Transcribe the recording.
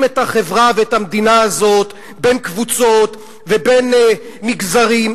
את החברה ואת המדינה הזאת בין קבוצות ובין מגזרים,